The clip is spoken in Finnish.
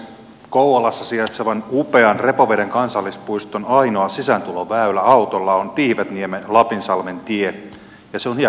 kouvolassa sijaitsevan upean repoveden kansallispuiston ainoa sisääntuloväylä autolla on tihvetniemenlapinsalmen tie ja se on hiekkapäällysteinen